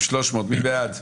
נא להעביר לה טבלט, אני